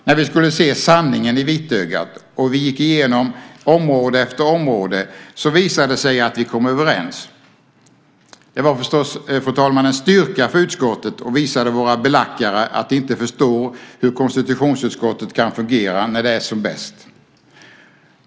När vi skulle se sanningen i vitögat och gick igenom område efter område visade det sig att vi kom överens. Det var förstås en styrka för utskottet och visade våra belackare att de inte förstår hur konstitutionsutskottet kan fungera när det är som bäst.